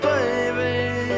Baby